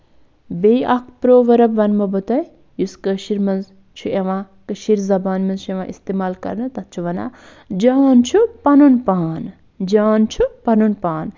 بیٚیہِ اکھ پروؤرٕب وَنمو بہٕ تۄہہِ یُس کٔشِر منٛز چھُ یِوان کٔشیٖر زَبانہٕ منٛز چھُ یِوان اِستعمال کرنہٕ تَتھ چھُ وَنان جان چھُ پَنُن پان جان چھُ پَنُن پان